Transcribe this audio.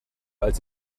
als